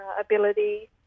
ability